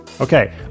Okay